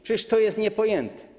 Przecież to jest niepojęte.